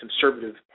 conservative